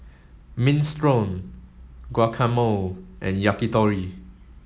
Minestrone Guacamole and Yakitori